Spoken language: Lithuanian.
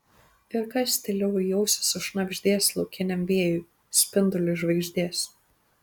ir kas tyliau į ausį sušnabždės laukiniam vėjui spinduliui žvaigždės